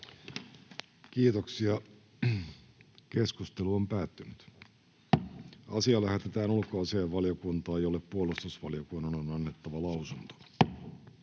5. asia. Puhemiesneuvosto ehdottaa, että asia lähetetään ulkoasiainvaliokuntaan, jolle puolustusvaliokunnan on annettava lausunto.